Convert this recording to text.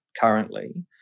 currently